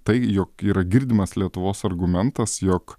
tai jog yra girdimas lietuvos argumentas jog